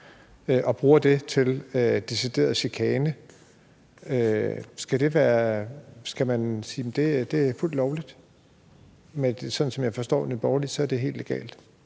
og bruger det til decideret chikane, skal man så sige, at det er fuldt lovligt? Som jeg forstår Nye Borgerlige, er det helt legalt.